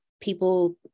people